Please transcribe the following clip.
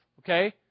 okay